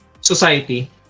society